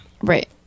Right